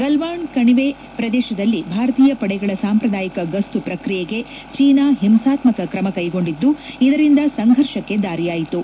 ಗಲ್ಲಾನ್ ಕಣಿವೆ ಪ್ರದೇಶದಲ್ಲಿ ಭಾರತೀಯ ಪಡೆಗಳ ಸಾಂಪ್ರದಾಯಿಕ ಗಸ್ತು ಪ್ರಕ್ರಿಯೆಗೆ ಚೀನಾ ಹಿಂಸಾತ್ಮಕ ಕ್ರಮ ಕ್ಷೆಗೊಂಡಿದ್ದು ಇದರಿಂದ ಸಂಘರ್ಷಕ್ಕೆ ದಾರಿಯಾಯಿತು